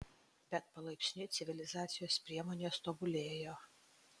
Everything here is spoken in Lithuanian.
bet palaipsniui civilizacijos priemonės tobulėjo